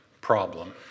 problem